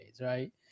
right